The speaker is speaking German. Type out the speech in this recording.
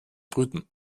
brüten